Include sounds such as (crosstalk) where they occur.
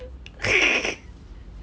(laughs)